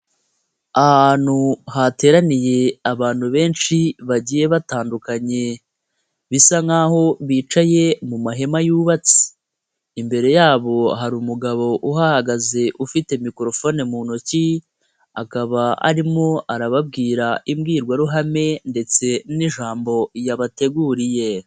Ahantu hateraniye abantu benshi bagiye batandukanye bisa nk'aho bicaye mu mahema yubatse, imbere yabo hari umugabo uhahagaze ufite mikorofone mu ntoki, akaba arimo arababwira imbwirwaruhame ndetse n'ijambo yabateguriye.